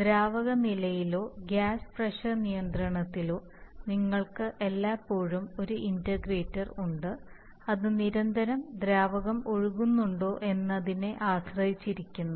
ദ്രാവക നിലയിലോ gas pressure നിയന്ത്രണത്തിലോ നിങ്ങൾക്ക് എല്ലായ്പ്പോഴും ഒരു ഇന്റഗ്രേറ്റർ ഉണ്ട് അത് നിരന്തരം ദ്രാവകം ഒഴുകുന്നുണ്ടോ എന്നതിനെ ആശ്രയിച്ചിരിക്കുന്നു